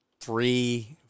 three